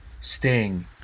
Sting